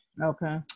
Okay